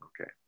Okay